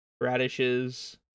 Radishes